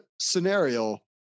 scenario